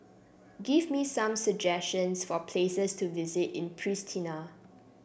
give me some suggestions for places to visit in Pristina